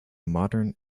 modern